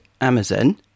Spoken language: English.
Amazon